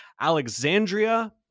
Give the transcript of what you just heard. Alexandria